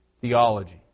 Theology